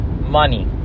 money